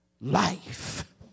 life